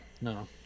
no